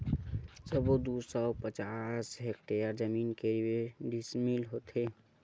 सबो दू सौ पचास हेक्टेयर जमीन के डिसमिल होथे?